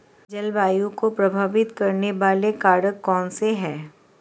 जलवायु को प्रभावित करने वाले कारक कौनसे हैं?